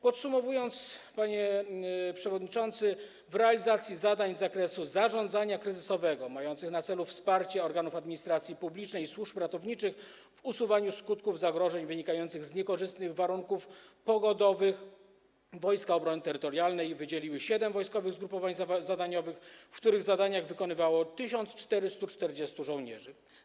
Podsumowując, panie przewodniczący, do realizacji zadań z zakresu zarządzania kryzysowego mających na celu wsparcie organów administracji publicznej i służb ratowniczych w usuwaniu skutków zagrożeń wynikających z niekorzystnych warunków pogodowych Wojska Obrony Terytorialnej wydzieliły siedem wojskowych zgrupowań zadaniowych, w których zadania wykonywało 1440 żołnierzy.